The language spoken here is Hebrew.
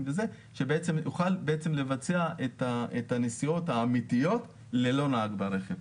שיוכלו לבצע את הנסיעות האמיתיות ללא נהג ברכב.